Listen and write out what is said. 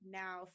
now